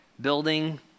building